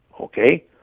okay